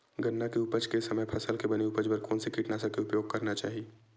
गन्ना के उपज के समय फसल के बने उपज बर कोन से कीटनाशक के उपयोग करना चाहि?